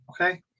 Okay